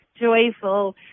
joyful